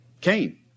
Cain